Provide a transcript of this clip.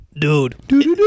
Dude